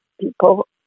people